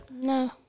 No